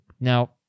Now